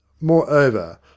Moreover